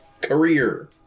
Career